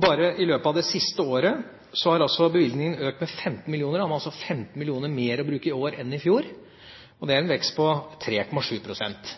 Bare i løpet av det siste året har bevilgningen økt med 15 mill. kr. Man har altså 15 mill. kr mer å bruke i år enn i fjor. Det er en vekst på 3,7 pst.